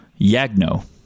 Yagno